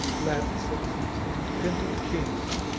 latin citizens, and dependent kings,